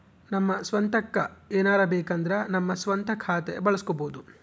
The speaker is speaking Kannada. ನಮ್ಮ ಸ್ವಂತಕ್ಕ ಏನಾರಬೇಕಂದ್ರ ನಮ್ಮ ಸ್ವಂತ ಖಾತೆ ಬಳಸ್ಕೋಬೊದು